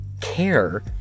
care